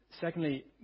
Secondly